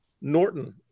Norton